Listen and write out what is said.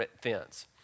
fence